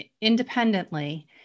independently